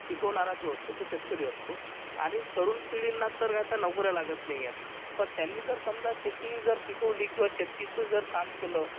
पिकवणारा जो असतो तो शेतकरी असतो आणि तरुण पिढींना तर आता नोकऱ्या लागत नाहीयत पण त्यांनी जर समजा शेती जर पिकवली किंवा शेतीचं जर काम केलं